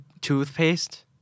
Toothpaste